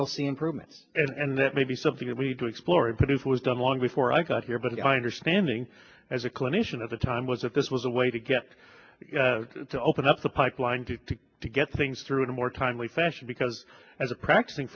you'll see improvements and that may be something that we need to explore and produce it was done long before i got here but my understanding as a clinician at the time was if this was a way to get to open up the pipeline to try to get things through in a more timely fashion because as a practicing